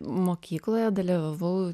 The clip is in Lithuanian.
mokykloje dalyvavau